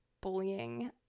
bullying